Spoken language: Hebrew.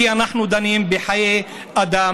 כי אנחנו דנים בחיי אדם,